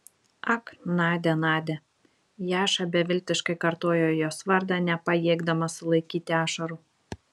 ak nadia nadia jaša beviltiškai kartojo jos vardą nepajėgdamas sulaikyti ašarų